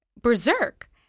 berserk